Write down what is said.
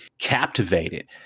captivated